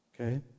Okay